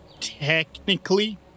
Technically